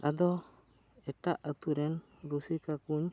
ᱟᱫᱚ ᱮᱴᱟᱜ ᱟᱛᱳ ᱨᱮᱱ ᱨᱩᱥᱤᱠᱟ ᱠᱚᱧ